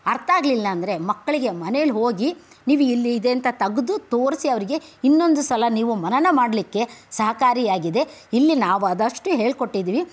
ಅರ್ಥಾಗಲಿಲ್ಲ ಅಂದರೆ ಮಕ್ಕಳಿಗೆ ಮನೆಲಿ ಹೋಗಿ ನೀವು ಇಲ್ಲಿದೆ ಅಂತ ತೆಗೆದು ತೋರಿಸಿ ಅವರಿಗೆ ಇನ್ನೊಂದು ಸಲ ನೀವು ಮನನ ಮಾಡಲಿಕ್ಕೆ ಸಹಕಾರಿಯಾಗಿದೆ ಇಲ್ಲಿ ನಾವು ಅದಷ್ಟು ಹೇಳಿಕೊಟ್ಟಿದ್ದೀವಿ